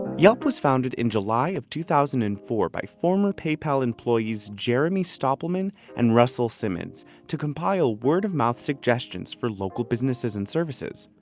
yelp was founded in july of two thousand and four by former paypal employees jeremy stoppelman and russel simmons to compile word-of-mouth suggestions for local businesses and services.